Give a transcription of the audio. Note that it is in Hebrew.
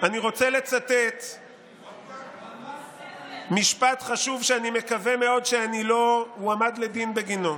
אני רוצה לצטט משפט חשוב שאני מקווה שאני לא אועמד לדין בגינו.